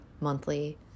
monthly